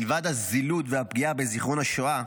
מלבד הזילות והפגיעה בזיכרון השואה,